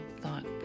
thought